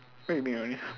what you mean running